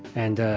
and,